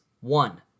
One